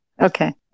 Okay